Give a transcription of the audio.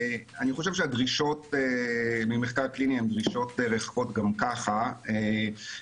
חושב שהדרישות ממחקר קליני הן דרישות רחבות בכל מקרה,